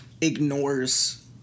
ignores